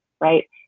right